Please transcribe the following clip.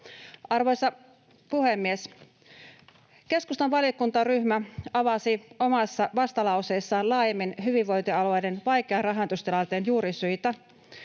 Arvoisa puhemies! Keskustan valiokuntaryhmä avasi omassa vastalauseessaan laajemmin hyvinvointialueiden vaikean rahoitustilanteen juurisyitä,